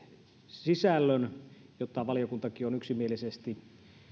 sisällön jota valiokuntakin on yksimielisesti